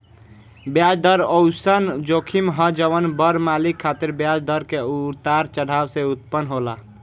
ब्याज दर ओइसन जोखिम ह जवन बड़ मालिक खातिर ब्याज दर के उतार चढ़ाव से उत्पन्न होला